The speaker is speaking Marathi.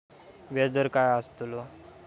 व्याज दर काय आस्तलो?